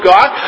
God